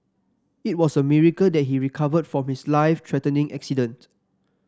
it was a miracle that he recovered from his life threatening accident